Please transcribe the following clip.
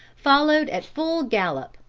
followed at full gallop,